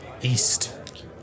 East